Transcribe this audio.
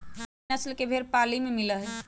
खेरी नस्ल के भेंड़ पाली में मिला हई